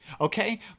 Okay